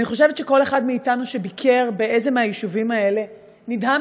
אני חושבת שכל אחד מאתנו שביקר באיזה מהיישובים האלה נדהם